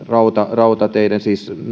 rautateillä